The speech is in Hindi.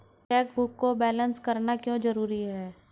चेकबुक को बैलेंस करना क्यों जरूरी है?